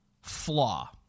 flaw